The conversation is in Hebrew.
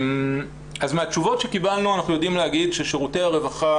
אז מהתשובות שקיבלנו אנחנו יודעים להגיד ששירותי הרווחה